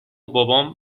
بابام